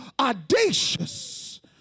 audacious